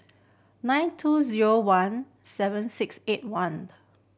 nine two zero one seven six eight one